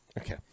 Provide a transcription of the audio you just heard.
okay